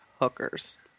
hookers